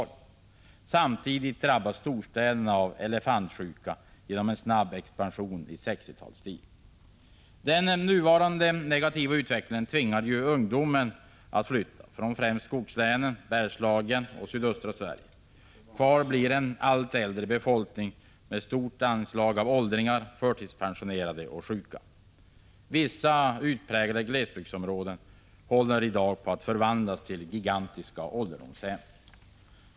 Samtidigt drabbas storstäderna av ”elefantsjuka” genom en snabb expansion i 1960-talsstil. Den nuvarande negativa utvecklingen tvingar ungdomen att flytta från främst skogslänen, Bergslagen och sydöstra Sverige. Kvar blir en allt äldre befolkning med stort inslag av åldringar, förtidspensionerade och sjuka. Vissa utpräglade glesbygdsområden håller nu på att förvandlas till gigantiska ålderdomshem.